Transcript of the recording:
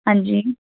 ਹਾਂਜੀ